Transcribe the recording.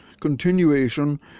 continuation